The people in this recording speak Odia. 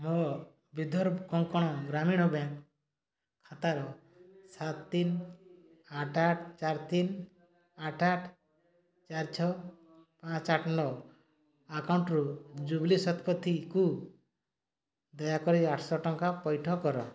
ମୋ ବିଦର୍ଭ କୋଙ୍କଣ ଗ୍ରାମୀଣ ବ୍ୟାଙ୍କ୍ ଖାତାର ସାତ ତିନି ଆଠ ଆଠ ଚାରି ତିନି ଆଠ ଆଠ ଚାରି ଛଅ ଚାରି ନଅ ଆକାଉଣ୍ଟରୁ ଜୁବ୍ଲି ଶତପଥୀକୁ ଦୟାକରି ଆଠଶହ ଟଙ୍କା ପଇଠ କର